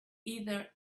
either